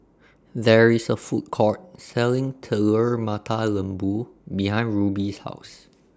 There IS A Food Court Selling Telur Mata Lembu behind Rubye's House